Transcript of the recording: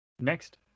Next